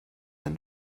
and